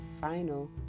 final